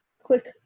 quick